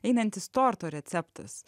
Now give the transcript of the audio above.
einantis torto receptas